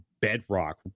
bedrock